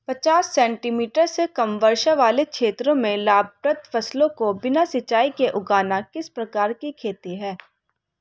पचास सेंटीमीटर से कम वर्षा वाले क्षेत्रों में लाभप्रद फसलों को बिना सिंचाई के उगाना किस प्रकार की खेती है?